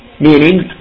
meaning